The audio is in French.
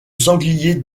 sanglier